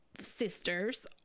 sisters